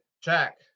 Check